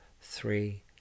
three